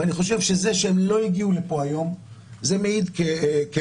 ואני חושב שזה שהם לא הגיעו לפה היום מעיד כמאה